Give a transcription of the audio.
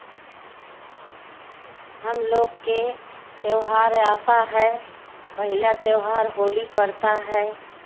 हम लोग के त्यौहार आता है पहला त्यौहार होली पड़ता है